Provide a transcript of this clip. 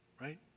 right